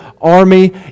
army